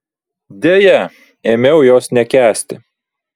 deja ėmiau jos nekęsti